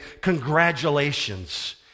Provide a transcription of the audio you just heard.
congratulations